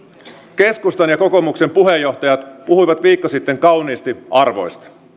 keskustan ja kokoomuksen puheenjohtajat puhuivat viikko sitten kauniisti arvoista